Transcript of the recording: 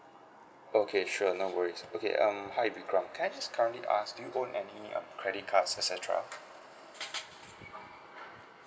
okay sure no worries okay um hi vikram can I just currently ask do you own any mm credit cards et cetera